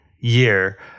year